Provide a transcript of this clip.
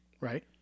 Right